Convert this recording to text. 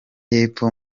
y’epfo